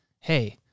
Hey